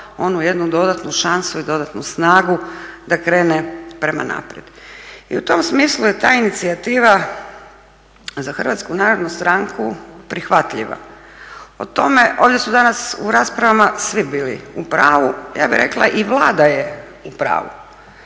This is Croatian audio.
onu jednu dodatnu šansu i dodatnu snagu da krene prema naprijed. I u tom smislu je ta inicijativa za HNS prihvatljiva. Ovdje su danas u raspravama svi bili u pravu, ja bih rekla i Vlada je u pravu.